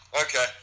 Okay